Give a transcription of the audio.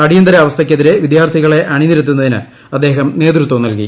അടിയന്തരാവസ്ഥക്കെതിരെ ് വിദ്യാർത്ഥികളെ അണിനിരത്തുന്നതിന് അദ്ദേഹം നേതൃത്വം നൽകി